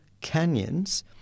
canyons